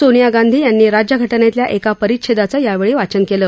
सोनिया गांधी यांनी राज्यघटनेतल्या एका परिच्छेदाचं यावेळी वाचन केलं